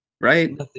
Right